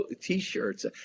t-shirts